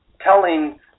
telling